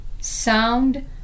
sound